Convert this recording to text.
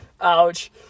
Ouch